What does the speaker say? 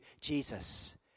Jesus